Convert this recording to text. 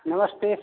नमस्ते